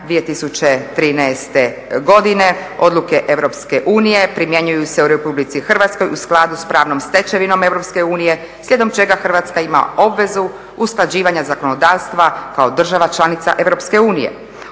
2013. godine odluke EU primjenjuju se u Republici Hrvatskoj u skladu sa pravnom stečevinom EU slijedom čega Hrvatska ima obvezu usklađivanja zakonodavstva kao država članica EU.